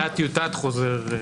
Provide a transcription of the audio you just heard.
טיוטת חוזר.